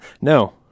No